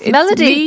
Melody